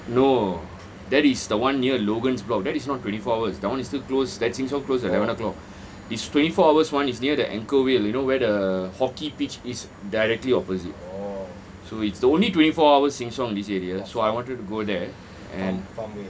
no that is the one near logan's block that is not twenty four hours that one is still closed that sheng siong closed at eleven o'clock it's twenty four hours one is near the anchorvale you know where the hockey pitch is directly opposite so it's the only twenty four hours in this area so I wanted to go there and